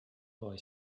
boy